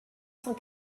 cent